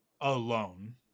alone